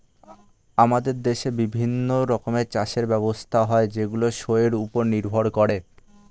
আমাদের দেশে বিভিন্ন রকমের চাষের ব্যবস্থা হয় যেইগুলো শোয়ের উপর নির্ভর করে